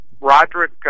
Roderick